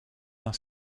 dans